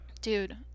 Dude